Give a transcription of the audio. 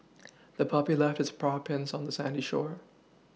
the puppy left its paw prints on the sandy shore